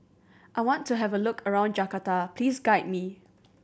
I want to have a look around Jakarta Please guide me